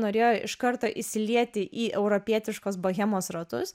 norėjo iš karto įsilieti į europietiškos bohemos ratus